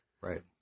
right